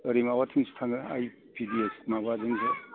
ओरै माबाथिंसो थाङो आइ पीडीएस माबाजोंसो